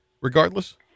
regardless